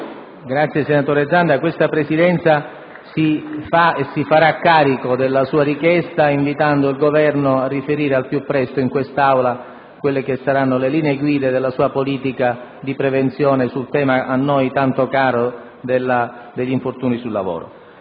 finestra"). La Presidenza si farà carico della sua richiesta, invitando il Governo a riferire al più presto in quest'Aula sulle linee guida della sua politica di prevenzione sul tema, a noi tanto caro, degli infortuni sul lavoro.